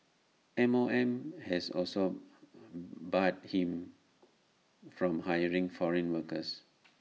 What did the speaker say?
M O M has also barred him from hiring foreign workers